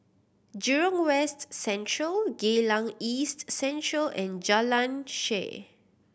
Jurong West Central Geylang East Central and Jalan Shaer